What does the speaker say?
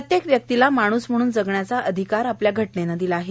प्रत्येक व्यक्तीला माणूस म्हणून जगण्याचा अधिकार आपल्या घटनेने दिला आहे